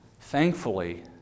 thankfully